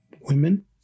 women